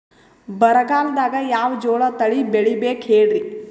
ಬರಗಾಲದಾಗ್ ಯಾವ ಜೋಳ ತಳಿ ಬೆಳಿಬೇಕ ಹೇಳ್ರಿ?